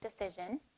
decision